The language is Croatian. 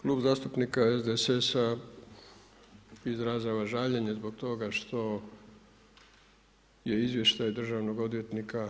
Klub zastupnika SDSS-a izražava žaljenje zbog toga što je izvještaj državnog odvjetnika